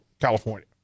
California